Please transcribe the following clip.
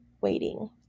waiting